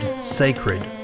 sacred